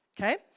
Okay